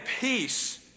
peace